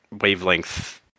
wavelength